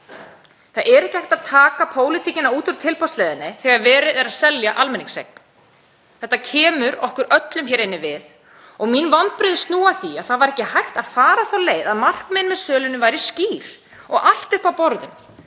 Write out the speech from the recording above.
Það er ekki hægt að taka pólitíkina út úr tilboðsleiðinni þegar verið er að selja almenningseign. Þetta kemur okkur öllum hér inni við. Mín vonbrigði snúa að því að það var ekki hægt að fara þá leið að markmiðin með sölunni væru skýr og allt uppi á borðinu.